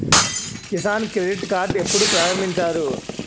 Kisan credit card ఎప్పుడు ప్రారంభించారు?